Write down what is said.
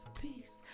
peace